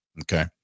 okay